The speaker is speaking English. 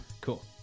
Cool